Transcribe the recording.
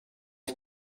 ich